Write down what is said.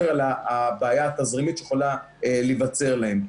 על הבעיה התזרימית שיכולה להיווצר להם.